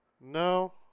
no